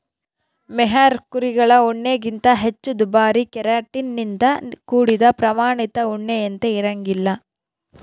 mohair ಕುರಿಗಳ ಉಣ್ಣೆಗಿಂತ ಹೆಚ್ಚು ದುಬಾರಿ ಕೆರಾಟಿನ್ ನಿಂದ ಕೂಡಿದ ಪ್ರಾಮಾಣಿತ ಉಣ್ಣೆಯಂತೆ ಇರಂಗಿಲ್ಲ